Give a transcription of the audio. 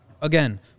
again